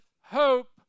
hope